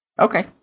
Okay